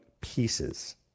pieces